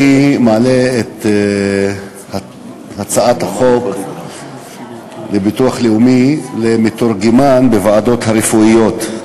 אני מעלה את הצעת חוק הביטוח הלאומי מתורגמן בוועדות הרפואיות.